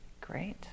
Great